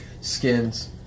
skins